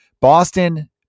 Boston